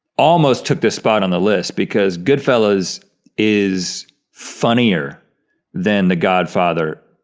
almost took the spot on the list because goodfellas is funnier than the godfather.